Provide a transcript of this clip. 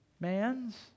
Man's